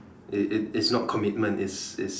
it it is not commitment it's it's